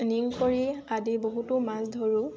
Ning কৰি আদি বহুতো মাছ ধৰোঁ